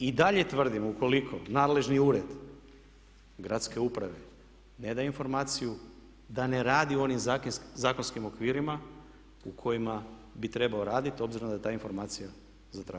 I dalje tvrdimo ukoliko nadležni ured gradske uprave ne daje informaciju da ne radi u onim zakonskim okvirima u kojima bi trebao raditi obzirom da je ta informacija zatražena.